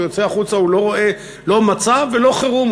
והוא יוצא החוצה והוא לא רואה לא מצב ולא חירום,